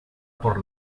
por